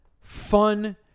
fun